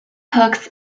hooks